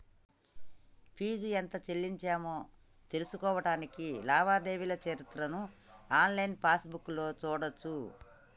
fee ఎంత చెల్లించామో తెలుసుకోడానికి లావాదేవీల చరిత్రను ఆన్లైన్ పాస్బుక్లో చూడచ్చు